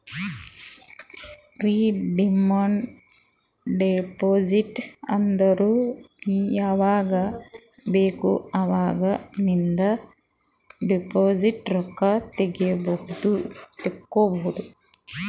redeem deposit ಅಂದುರ್ ನೀ ಯಾವಾಗ್ ಬೇಕ್ ಅವಾಗ್ ನಿಂದ್ ಡೆಪೋಸಿಟ್ ರೊಕ್ಕಾ ತೇಕೊಬೋದು